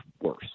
worse